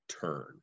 turn